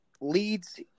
leads